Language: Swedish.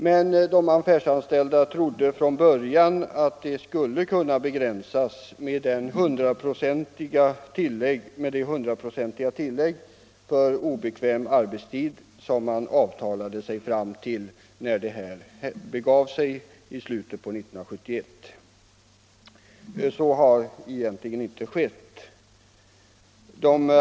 Men de affärsanställda trodde från början att detta öppethållande skulle kunna begränsas med det 100-procentiga tillägg för obekväm arbetstid som man avtalade sig fram till när det begav sig i slutet på 1971. Så har emellertid inte skett.